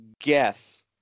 guess